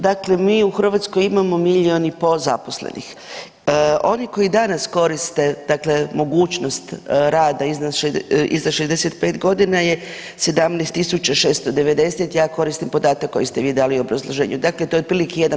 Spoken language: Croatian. Dakle, mi u Hrvatskoj imamo milijun i pol zaposlenih, oni koji danas koriste mogućnost rada iza 65 godina je 17.690, ja koristim podatak koji ste vi dali u obrazloženju, dakle to je otprilike 1%